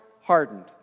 hardened